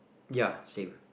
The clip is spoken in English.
ya same